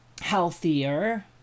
healthier